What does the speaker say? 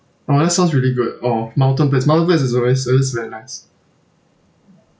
oh that sounds really good oh mountain place mountain place is always always very nice